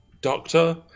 doctor